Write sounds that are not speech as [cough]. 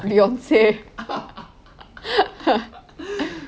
beyonce [laughs]